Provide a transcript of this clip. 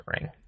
ring